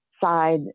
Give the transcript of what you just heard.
side